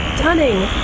stunning.